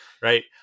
Right